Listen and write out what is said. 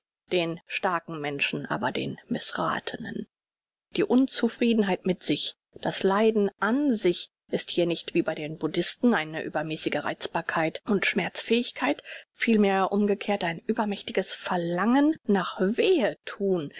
den starken menschen aber den mißrathnen die unzufriedenheit mit sich das leiden an sich ist hier nicht wie bei dem buddhisten eine übermäßige reizbarkeit und schmerzfähigkeit vielmehr umgekehrt ein übermächtiges verlangen nach wehethun